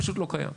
פשוט לא קיים.